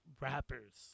rappers